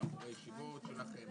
יש עוד מישהו שרוצה לומר משהו?